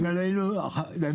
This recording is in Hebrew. אני